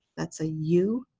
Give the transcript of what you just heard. that's a u,